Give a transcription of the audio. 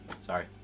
sorry